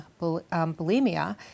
bulimia